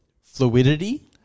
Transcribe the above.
fluidity